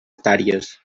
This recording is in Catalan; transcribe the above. hectàrees